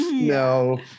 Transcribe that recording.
no